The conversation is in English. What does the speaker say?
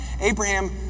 Abraham